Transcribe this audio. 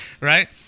right